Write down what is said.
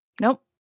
Nope